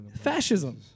fascism